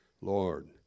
Lord